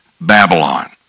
Babylon